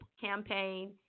campaign